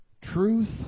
Truth